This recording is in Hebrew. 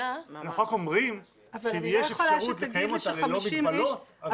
אנחנו רק אומרים שאם יש אפשרות לקיים אותה ללא מגבלות אז זה עדיף.